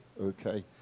Okay